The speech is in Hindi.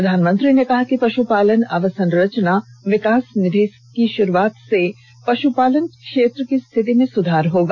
प्रधानमंत्री ने कहा कि पश्पालन अवसंरचना विकास निधि की श्रुआत से पश्पालन क्षेत्र की स्थिति में सुधार होगा